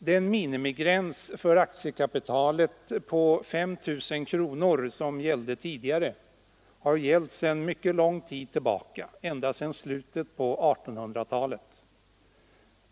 Den tidigare minimigränsen för aktiekapitalet på 5 000 kronor har gällt sedan mycket lång tid tillbaka — ända sedan slutet på 1800-talet.